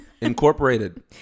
Incorporated